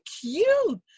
cute